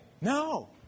No